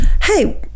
Hey